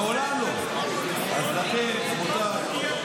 זו דוגמה לא טובה, אמסלם, בן גביר לא עובד.